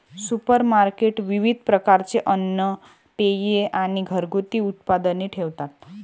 supermarket विविध प्रकारचे अन्न, पेये आणि घरगुती उत्पादने ठेवतात